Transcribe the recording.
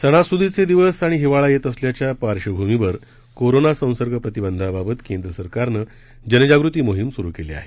सणास्दीचे दिवस आणि हिवाळा येत असल्याच्या पार्श्वभूमीवर कोरोना संसर्ग प्रतिबंधांबाबत केंद्र सरकारनं जनजाग़ती मोहीम स्रू केली आहे